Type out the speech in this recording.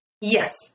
Yes